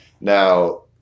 now